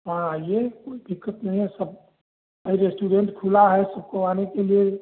हाँ आइए कोई दिक़्क़त नहीं है सब भाई रेस्टोरेंट खुला है सब को आने के लिए